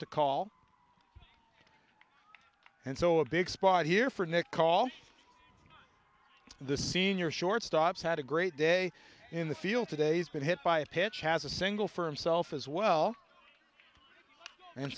to call and so a big spot here for nick call the senior shortstops had a great day in the field today's been hit by a pitch has a single for himself as well and